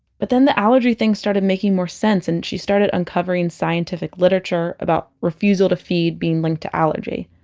but then the allergy thing started making more sense. and she started uncovering scientific literature about refusal to feed being linked to allergy.